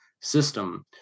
system